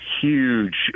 huge